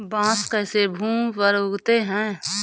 बांस कैसे भूमि पर उगते हैं?